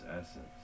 essence